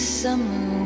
summer